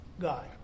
God